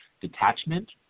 detachment